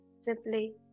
simply